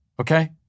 Okay